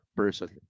person